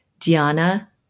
Diana